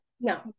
No